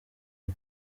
uko